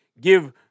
give